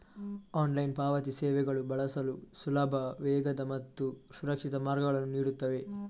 online ಪಾವತಿ ಸೇವೆಗಳು ಬಳಸಲು ಸುಲಭ, ವೇಗದ ಮತ್ತು ಸುರಕ್ಷಿತ ಮಾರ್ಗಗಳನ್ನು ನೀಡುತ್ತವೆ